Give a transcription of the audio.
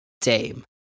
Dame